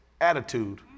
attitude